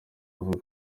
avuga